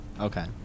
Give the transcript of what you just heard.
Okay